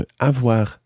Avoir